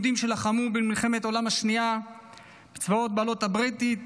יהודים שלחמו במלחמת העולם השנייה בצבאות בעלות הברית,